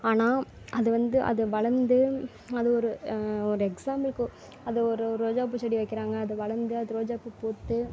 ஆனால் அது வந்து அது வளர்ந்து அது ஒரு ஒரு எக்ஸ்சாம்பிளுக்கு அது ஒரு ரோஜாப்பூ செடி வைக்கிறாங்க அது வளர்ந்து அது ரோஜாப்பூ பூத்து